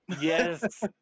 Yes